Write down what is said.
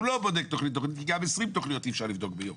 הוא לא בודק תכנית-תכנית וגם 20 תכניות אי אפשר לבדוק ביום